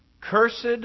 Cursed